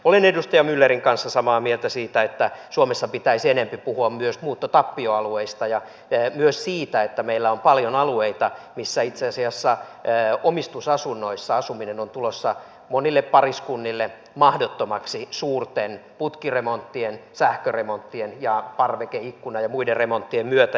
olen edustaja myllerin kanssa samaa mieltä siitä että suomessa pitäisi enempi puhua myös muuttotappioalueista ja myös siitä että meillä on paljon alueita missä itse asiassa omistusasunnoissa asuminen on tulossa monille pariskunnille mahdottomaksi suurten putkiremonttien sähköremonttien ja parveke ikkuna ja muiden remonttien myötä